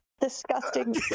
disgusting